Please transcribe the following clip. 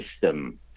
system